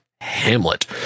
Hamlet